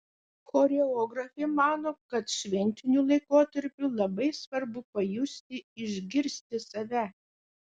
choreografė mano kad šventiniu laikotarpiu labai svarbu pajusti išgirsti save